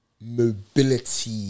mobility